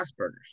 Asperger's